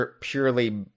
purely